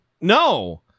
No